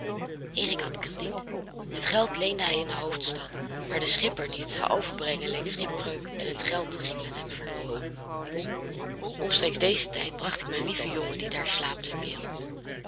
erich had krediet het geld leende hij in de hoofdstad maar de schipper die het zou overbrengen leed schipbreuk en het geld ging met hem verloren omstreeks dezen tijd bracht ik mijn lieven jongen die daar slaapt ter wereld